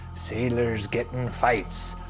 sailors get in fights.